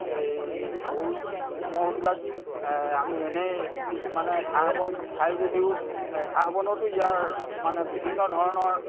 এই গৰু ম'হবিলাক আমি এনেই মানে ঘাঁহ বন খাই যদিও ঘাঁহ বনতো ইয়াৰ মানে বিভিন্ন ধৰণৰ